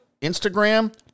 Instagram